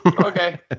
Okay